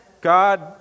God